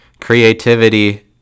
creativity